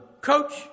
Coach